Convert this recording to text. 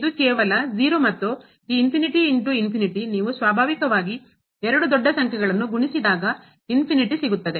ಇದು ಕೇವಲ 0 ಮತ್ತು ನೀವು ಸ್ವಾಭಾವಿಕವಾಗಿ ಎರಡು ದೊಡ್ಡ ಸಂಖ್ಯೆಗಳನ್ನು ಗುಣಿಸಿದಾಗ ಸಿಗುತ್ತವೆ